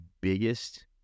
biggest